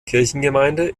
kirchengemeinde